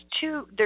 two